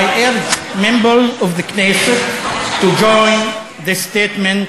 I urge Members of Knesset to join this statement.